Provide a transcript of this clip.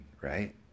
right